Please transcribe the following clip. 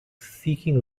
seeking